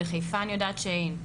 בחיפה אני יודעת שאין.